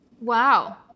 Wow